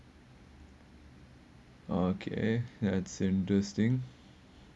okay that's interesting